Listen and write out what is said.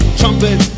trumpet